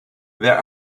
there